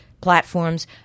platforms